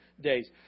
days